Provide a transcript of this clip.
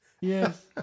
Yes